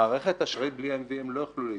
במערכת אשראית בלי EMV הם לא יוכלו להתחבר.